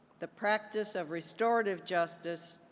the practice of restorative justice,